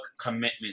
commitment